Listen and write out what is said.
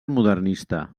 modernista